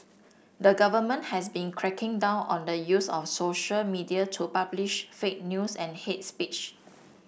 the government has been cracking down on the use of social media to publish fake news and hate speech